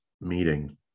meeting